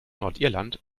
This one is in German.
nordirland